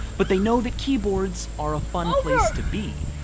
but they know the keyboards are a fun place to be.